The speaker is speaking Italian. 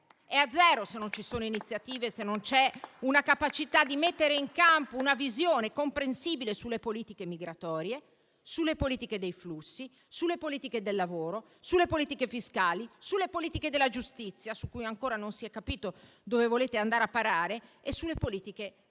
È a zero, se non ci sono iniziative, se non c'è una capacità di mettere in campo una visione comprensibile sulle politiche migratorie, sulle politiche dei flussi, sulle politiche del lavoro e fiscali, sulle politiche della giustizia, su cui ancora non si è capito dove volete andare a parare, e sulle politiche demografiche.